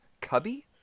cubby